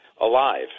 alive